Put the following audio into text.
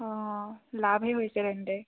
অঁ লাভহে হৈছে তেন্তে